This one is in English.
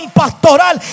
pastoral